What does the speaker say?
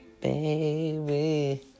Baby